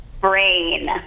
brain